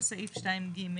ביטול סעיף 2(ג).